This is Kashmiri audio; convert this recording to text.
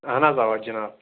اَہَن حظ اَوا جِِناب